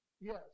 Yes